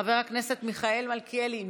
חבר הכנסת מיכאל מלכיאלי,